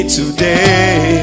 today